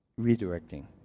redirecting